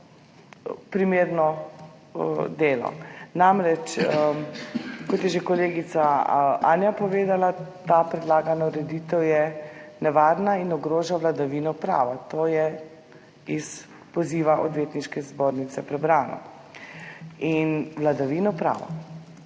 primerno delo. Namreč, kot je že kolegica Anja povedala, ta predlagana ureditev je nevarna in ogroža vladavino prava. To je prebrano iz poziva Odvetniške zbornice. Vladavino prava,